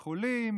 כחולים,